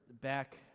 back